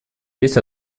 есть